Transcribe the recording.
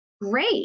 great